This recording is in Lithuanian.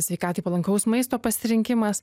sveikatai palankaus maisto pasirinkimas